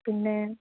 പിന്നേ